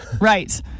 Right